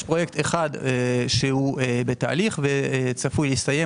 יש פרויקט אחד שהוא בתהליך וצפוי להסתיים